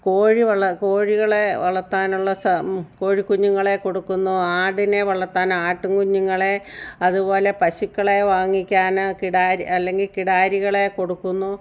കോഴി വള കോഴികളെ വളർത്താനുള്ള സം കോഴിക്കുഞ്ഞുങ്ങളെ കൊടുക്കുന്നു ആടിനെ വളർത്താൻ ആട്ടുക്കുഞ്ഞുങ്ങളെ അതുപോലെ പശുക്കളെ വാങ്ങിക്കാൻ കിടാരി അല്ലെങ്കിൽ കിടാരികളെ കൊടുക്കുന്നു